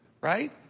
right